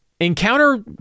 Encounter